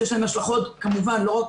שיש להם השלכות כמובן לא רק